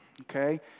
okay